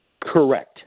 Correct